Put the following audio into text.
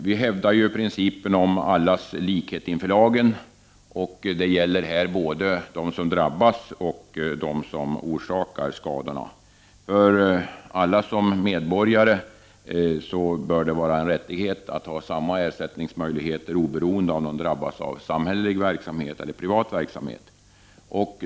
Vi hävdar principen om allas likhet inför lagen. Det gäller här både dem som drabbas och dem som orsakar skadorna. Alla medborgare bör ha rättighet att få samma möjligheter till ersättning oberoende av om de drabbas genom samhällelig verksamhet eller privat verksamhet.